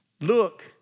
Look